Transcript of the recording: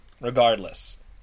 regardless